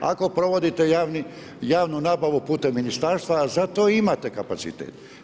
Ako provodite javnu nabavu putem ministarstva, za to imate kapacitet.